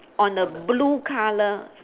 on the blue colour